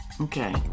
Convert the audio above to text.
Okay